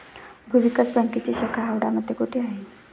भूविकास बँकेची शाखा हावडा मध्ये कोठे आहे?